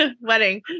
wedding